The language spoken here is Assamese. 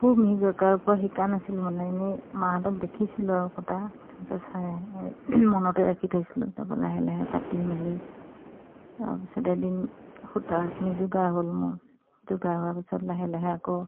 খুব মিহিকৈ কাৰো পৰা শিকা নাছিলোঁ মানে এনেই মাহঁতক দেখিছিলোঁ আৰু কটা তেনেকে চাই মনতে ৰাখি থৈছিলোঁ তাৰপা লাহে লাহে কাটি মেলি তাৰপিছতে এদিন সূতাখিনি যোগাৰ হ'ল মোৰ যোগাৰ হোৱাৰ পিছত লাহে লাহে আকৌ